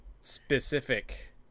specific